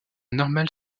normale